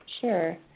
Sure